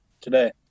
today